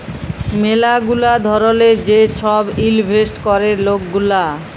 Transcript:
ম্যালা গুলা ধরলের যে ছব ইলভেস্ট ক্যরে লক গুলা